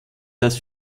das